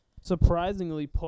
surprisingly